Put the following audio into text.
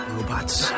Robots